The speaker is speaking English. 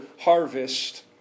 harvest